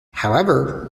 however